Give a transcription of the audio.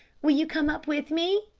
will you come up with me?